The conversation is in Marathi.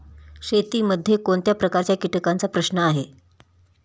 शेतीमध्ये कोणत्या प्रकारच्या कीटकांचा प्रश्न आहे?